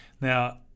Now